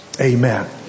Amen